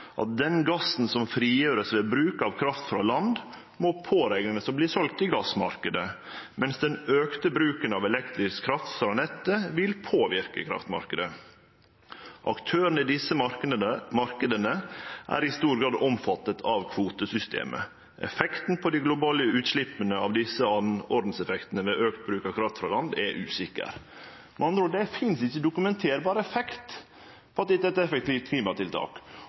gassen som frigjøres ved bruk av kraft fra land må påregnes å bli solgt i gassmarkedet, mens den økte bruken av elektrisk kraft fra nettet vil påvirke kraftmarkedet. Aktørene i disse markedene er i stor grad omfattet av kvotesystemet. Effekten på de globale utslippene av disse annenordenseffektene ved økt bruk av kraft fra land er usikker.» Med andre ord: Det finst ikkje dokumenterbar effekt på at dette er eit effektivt klimatiltak.